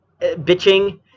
bitching